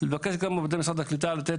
אני יכול לבקש גם מעובדי משרד הקליטה לתת